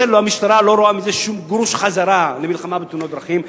המשטרה לא רואה מזה שום גרוש למלחמה בתאונות דרכים.